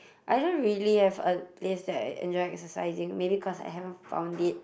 I don't really have a place that I enjoy exercising maybe cause I haven't found it